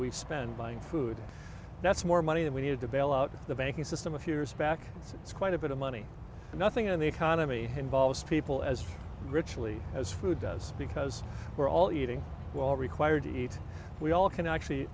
we spend buying food that's more money than we needed to bail out the banking system a few years back so it's quite a bit of money and nothing in the economy involves people as ritually as food does because we're all eating well required to eat we all can actually